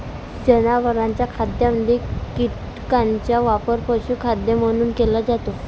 जनावरांच्या खाद्यामध्ये कीटकांचा वापर पशुखाद्य म्हणून केला जातो